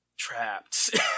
trapped